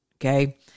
okay